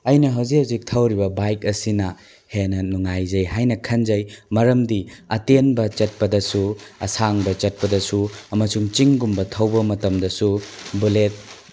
ꯑꯩꯅ ꯍꯧꯖꯤꯛ ꯍꯧꯖꯤꯛ ꯊꯧꯔꯤꯕ ꯕꯥꯏꯛ ꯑꯁꯤꯅ ꯍꯦꯟꯅ ꯅꯨꯡꯉꯥꯏꯖꯩ ꯍꯥꯏꯅ ꯈꯟꯖꯩ ꯃꯔꯝꯗꯤ ꯑꯇꯦꯟꯕ ꯆꯠꯄꯗꯁꯨ ꯑꯁꯥꯡꯕ ꯆꯠꯄꯗꯁꯨ ꯑꯃꯁꯨꯡ ꯆꯤꯡꯒꯨꯝꯕ ꯊꯧꯕ ꯃꯇꯝꯗꯁꯨ ꯕꯨꯂꯦꯠ